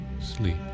sleep